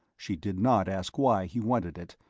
she did not ask why he wanted it,